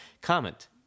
comment